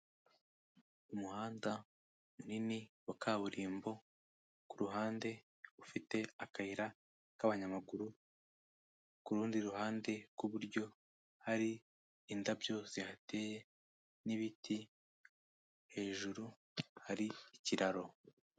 Umuhanda munini wa kaburimbo ku ruhande ufite akayira k'abanyamaguru, ku rundi ruhande rw'iburyo hari indabyo zihateye, n'ibiti hejuru hari ikiraro.